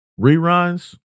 Reruns